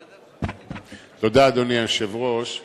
תודה, אדוני היושב-ראש.